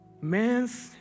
Man's